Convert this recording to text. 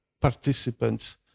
participants